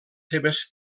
seves